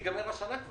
תיגמר השנה.